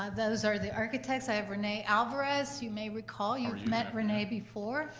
ah those are the architects. i have renee alvarez, you may recall. you've met renee before.